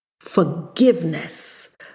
forgiveness